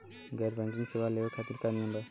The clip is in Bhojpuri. गैर बैंकिंग सेवा लेवे खातिर का नियम बा?